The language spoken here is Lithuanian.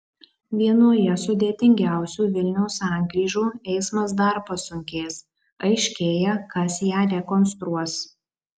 vienoje sudėtingiausių vilniaus sankryžų eismas dar pasunkės aiškėja kas ją rekonstruos